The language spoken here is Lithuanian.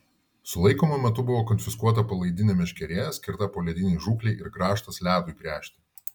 sulaikymo metu buvo konfiskuota palaidinė meškerė skirta poledinei žūklei ir grąžtas ledui gręžti